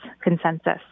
consensus